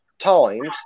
times